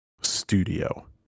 studio